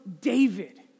David